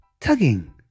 Tugging